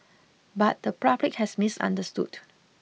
but the public has misunderstood